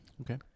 Okay